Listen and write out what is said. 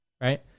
right